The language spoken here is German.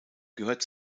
gehört